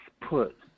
put